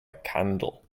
candle